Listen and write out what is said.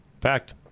Fact